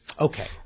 Okay